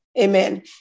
Amen